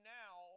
now